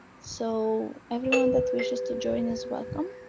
so everyone that wishes to join is welcome.